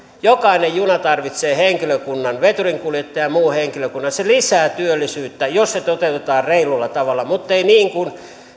jokainen juna tarvitsee veturinkuljettajan ja muun henkilökunnan se lisää työllisyyttä jos se toteutetaan reilulla tavalla mutta ei niin kuin